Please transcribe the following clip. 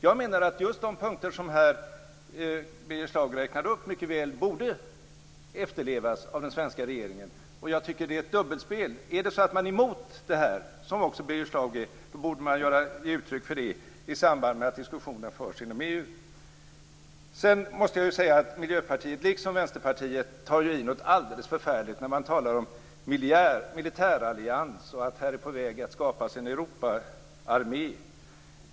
Jag menar att just de punkter som Birger Schlaug räknar upp mycket väl borde efterlevas av den svenska regeringen. Jag tycker att det är ett dubbelspel. Är det så att man är mot det här, som också Birger Schlaug är, borde man ge uttryck för det i samband med att diskussionerna förs inom EU. Jag måste säga att Miljöpartiet liksom Vänsterpartiet tar i något alldeles förfärligt när de talar om militärallians och att här är man på väg att skapa en Europaarmé.